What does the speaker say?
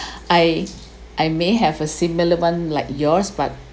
I I may have a similar one like yours but